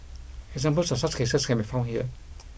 examples of such cases can be found here